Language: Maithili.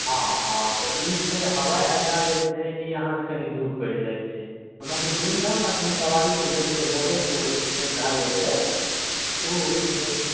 हँ हँ तऽ ई छै हवाई अड्डा जे छै ई अहाँके कनी दूर परि जाइ छै ओना तऽ दूर नहि ओना कोनो सवारी पर बैस कऽ जेबै तऽ ओ सिधा जाइ छै ओ बेस